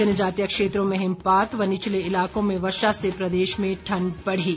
जनजातीय क्षेत्रों में हिमपात व निचले इलाकों में वर्षा से प्रदेश में ठण्ड बढ़ी